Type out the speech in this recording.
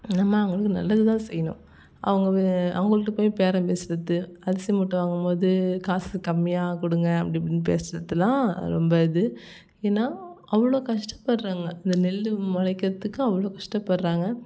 நம்ம அவங்களுக்கு நல்லதுதான் செய்யணும் அவங்க அவங்கள்கிட்ட போய் பேரம் பேசுகிறது அரிசி மூட்டை வாங்கும்போது காசு கம்மியாக கொடுங்க அப்படி இப்படின்னு பேசுகிறதுலாம் ரொம்ப இது ஏன்னா அவ்வளோ கஷ்டப்படுறாங்க இந்த நெல் முளைக்கிறதுக்கு அவ்வளோ கஷ்டப்படுறாங்க